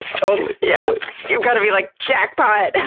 totally! yeah you gotta be like, jackpot!